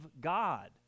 God